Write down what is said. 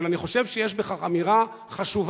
אבל אני חושב שיש בכך אמירה חשובה,